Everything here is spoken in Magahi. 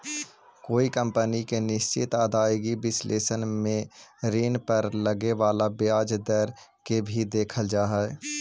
कोई कंपनी के निश्चित आदाएगी विश्लेषण में ऋण पर लगे वाला ब्याज दर के भी देखल जा हई